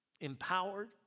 empowered